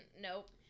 nope